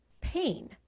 pain